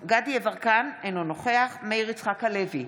דסטה גדי יברקן, אינו נוכח מאיר יצחק הלוי,